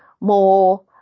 more